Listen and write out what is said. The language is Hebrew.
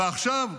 ועכשיו,